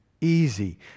easy